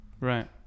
Right